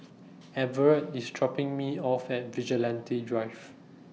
Everett IS dropping Me off At Vigilante Drive